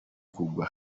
kugwa